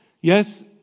Yes